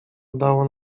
udało